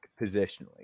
positionally